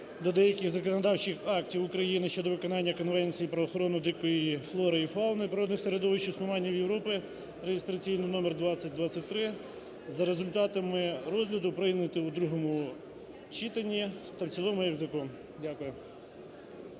до деяких законодавчих актів України (щодо виконання Конвенції про охорону дикої флори і фауни, природних середовищ існування в Європі) (реєстраційний номер 2023) за результатами розгляду прийняти у другому читанні та в цілому як закон. Дякую.